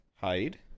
hide